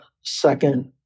second